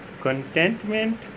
contentment